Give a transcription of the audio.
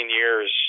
years